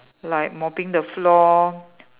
like mopping the floor